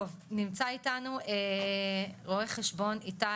נמצא איתנו רו"ח איתי